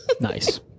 Nice